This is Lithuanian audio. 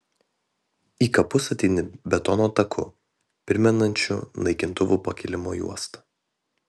į kapus ateini betono taku primenančiu naikintuvų pakilimo juostą